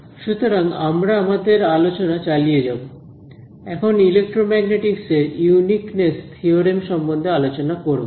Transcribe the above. সুতরাং আমরা আমাদের আলোচনা চালিয়ে যাব এখন ইলেক্ট্রোম্যাগনেটিকস এর ইউনিকনেস থিওরেম সম্বন্ধে আলোচনা করব